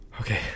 okay